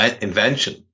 invention